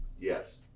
Yes